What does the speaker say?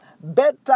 Better